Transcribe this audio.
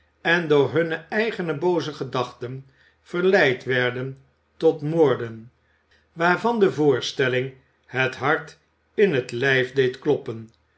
en door hunne eigene booze gedachten verleid werden tot moorden waarvan de voorstelling het hart in het lijf deed kloppen